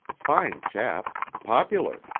fine chap. popular.